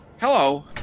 Hello